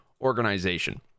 organization